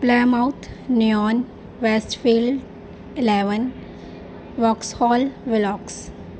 Plymouth Neon Westfield eleven Vauxhall Velox